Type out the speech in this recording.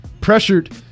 pressured